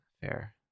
fair